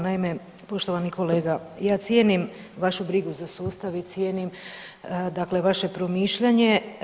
Naime, poštovani kolega, ja cijenim vašu brigu za sustav i cijenim, dakle vaše promišljanje.